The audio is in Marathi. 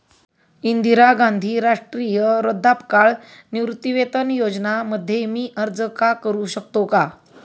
इंदिरा गांधी राष्ट्रीय वृद्धापकाळ निवृत्तीवेतन योजना मध्ये मी अर्ज का करू शकतो का?